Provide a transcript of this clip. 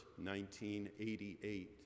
1988